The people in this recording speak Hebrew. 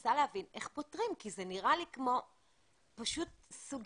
מנסה להבין איך פותרים, כי זה נראה לי פשוט סוגיה.